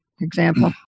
example